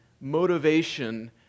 motivation